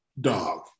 Dog